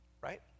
Right